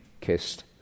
kissed